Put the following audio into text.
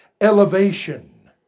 elevation